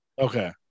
Okay